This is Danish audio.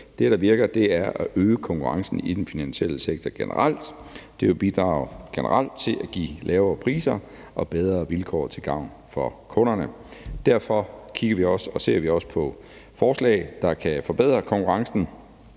i Erhvervsudvalget, at øge konkurrencen i den finansielle sektor generelt. Det vil generelt bidrage til at give lavere priser og bedre vilkår til gavn for kunderne. Derfor ser vi også på forslag, der kan forbedre konkurrencen